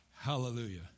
Hallelujah